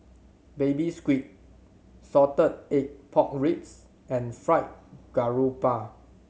Baby Squid salted egg pork ribs and Fried Garoupa